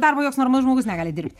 darbo joks normalus žmogus negali dirbt